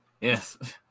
Yes